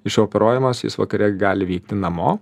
išoperuojamas jis vakare gali vykti namo